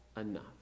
enough